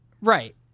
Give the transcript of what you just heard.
Right